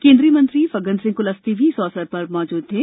केन्द्रीय मंत्री फग्गनसिंह कुलस्ते भी इस अवसर पर मौजूद थे